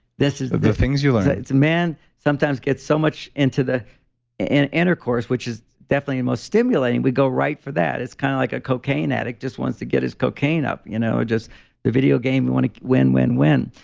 the things you like. it's a man sometimes gets so much into the and intercourse, which is definitely the most stimulating, we go right for that. it's kind of like a cocaine addict just wants to get his cocaine up, you know just the video game you want to win, win, win.